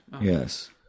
Yes